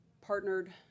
partnered